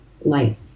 life